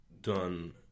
done